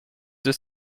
deux